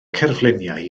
cerfluniau